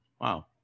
wow